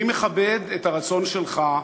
אני מכבד את הרצון שלך,